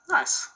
Nice